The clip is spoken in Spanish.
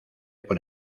por